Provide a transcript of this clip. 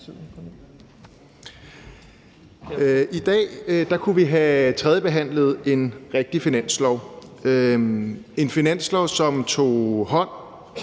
I dag kunne vi have tredjebehandlet et forslag til en rigtig finanslov, som tog hånd